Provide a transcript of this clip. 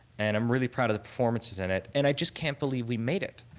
and i'm really proud of the performances in it. and i just can't believe we made it.